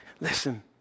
Listen